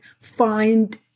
find